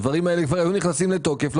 הדברים האלה כבר היו נכנסים לתוקף לא